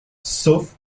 sauf